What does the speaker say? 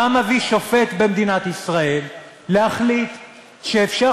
מה מביא שופט במדינת ישראל להחליט שאפשר